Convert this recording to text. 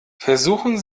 versuchen